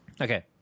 Okay